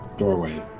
doorway